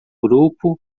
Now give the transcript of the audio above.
grupo